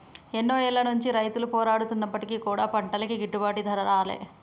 ఎన్నో ఏళ్ల నుంచి రైతులు పోరాడుతున్నప్పటికీ కూడా పంటలకి గిట్టుబాటు ధర రాలే